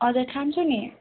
हजुर खान्छु नि